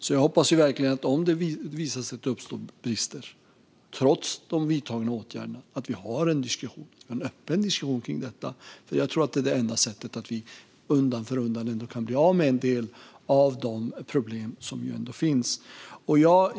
Om det visar sig att det uppstår brister, trots de vidtagna åtgärderna, hoppas jag alltså att vi har en öppen diskussion kring detta. Jag tror att det är enda sättet för oss att undan för undan bli av med en del av de problem som finns.